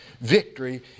victory